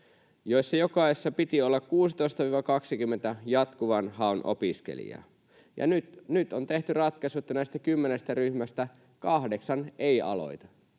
joissa jokaisessa piti olla 16—20 jatkuvan haun opiskelijaa. Nyt on tehty ratkaisu, että näistä kymmenestä ryhmästä kahdeksan ei aloita.